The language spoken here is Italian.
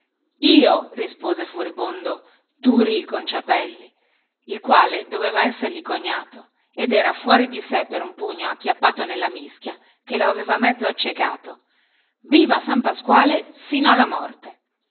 io rispose furibondo turi il conciapelli il quale doveva essergli cognato ed era fuori di sè per un pugno acchiappato nella mischia che lo aveva mezzo accecato viva san pasquale sino alla morte